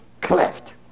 cleft